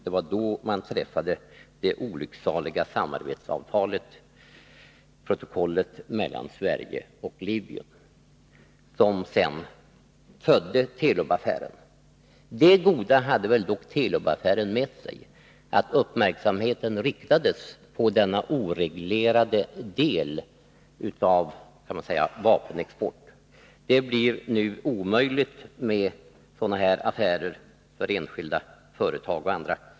Det var då man träffade det olycksaliga samarbetsavtalet, protokollet mellan Sverige och Libyen, som sedan födde Telub-affären. Det goda har dock Telub-affären haft med sig att uppmärksamheten riktats på denna oreglerade del av — kan man säga — vapenexporten. Det blir nu omöjligt med sådana affärer för enskilda företag och andra.